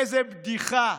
איזה בדיחה,